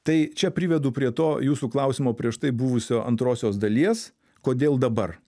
tai čia privedu prie to jūsų klausimo prieš tai buvusio antrosios dalies kodėl dabar